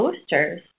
posters